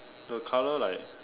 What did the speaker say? the color like